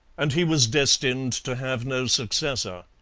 and he was destined to have no successor.